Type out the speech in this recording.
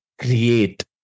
create